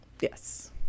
Yes